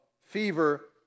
fever